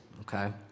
okay